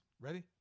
Ready